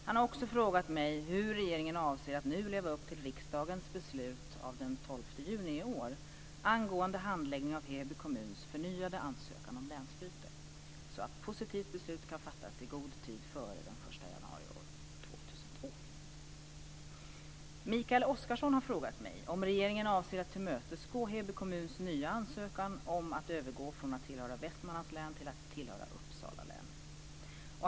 Han har också frågat mig hur regeringen avser att nu leva upp till riksdagens beslut av den 12 juni i år angående handläggning av Heby kommuns förnyade ansökan om länsbyte, så att positivt beslut kan fattas i god tid före den 1 januari Mikael Oscarsson har frågat mig om regeringen avser att tillmötesgå Heby kommuns nya ansökan om att övergå från att tillhöra Västmanlands län till att tillhöra Uppsala län.